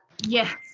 Yes